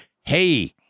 hey